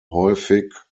häufig